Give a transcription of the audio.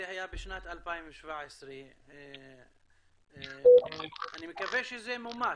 זה היה בשנת 2017. אני מקווה שזה מומש,